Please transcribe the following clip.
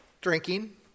Drinking